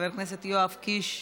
חבר הכנסת יואב קיש,